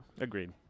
Agreed